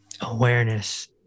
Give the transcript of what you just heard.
Awareness